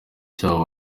cyabo